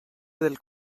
del